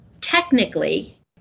technically